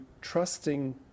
trusting